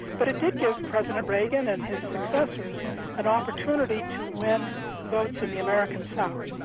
but it did give president reagan and his successors an opportunity to win votes in the american south,